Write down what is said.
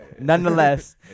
Nonetheless